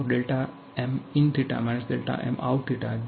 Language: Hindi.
δminθ- δmoutθजो नेट मास ट्रांसफर है